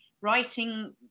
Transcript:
writing